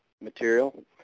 material